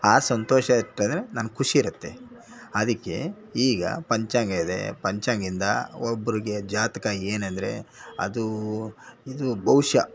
ಆ ಸಂತೋಷ ಇತ್ತಂದರೆ ನನ್ಗೆ ಖುಷಿಯಿರತ್ತೆ ಅದಕ್ಕೆ ಈಗ ಪಂಚಾಂಗಯಿದೆ ಪಂಚಾಂಗಿಂದ ಒಬ್ರಿಗೆ ಜಾತಕ ಏನಂದರೆ ಅದು ಇದು ಬೌಷ